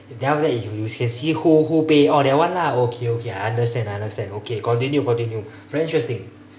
then after that you can see who who pay oh that one lah okay okay I understand I understand okay continue continue very interesting